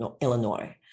Illinois